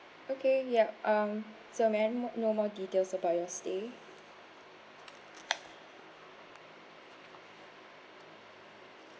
okay yup um so may I kno~ know more details about your stay